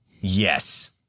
Yes